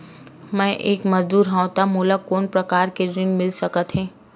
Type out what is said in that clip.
मैं एक मजदूर हंव त मोला कोनो प्रकार के ऋण मिल सकत हे का?